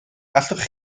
allwch